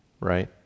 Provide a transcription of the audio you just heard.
right